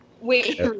Wait